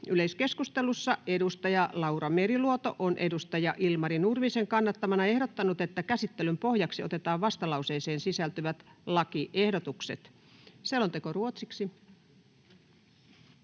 Yleiskeskustelussa Laura Meriluoto on Ilmari Nurmisen kannattamana ehdottanut, että käsittelyn pohjaksi otetaan vastalauseeseen sisältyvät lakiehdotukset. [Speech 3]